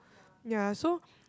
ya so